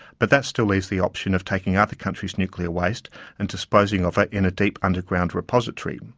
but that still leaves the option of taking other countries' nuclear waste and disposing of it in a deep underground repository.